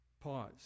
Pause